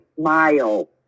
smile